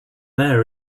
error